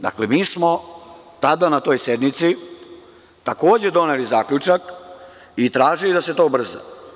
Dakle, mi smo tada na toj sednici takođe doneli zaključak i tražili da se to ubrza.